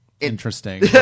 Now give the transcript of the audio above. Interesting